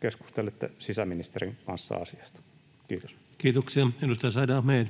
keskustelette sisäministerin kanssa asiasta. — Kiitos. Kiitoksia. — Edustaja Said Ahmed.